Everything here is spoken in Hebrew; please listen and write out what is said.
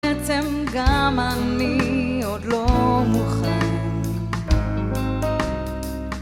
בעצם גם אני עוד לא מוכן